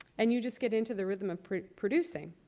and you just get into the rhythm of producing.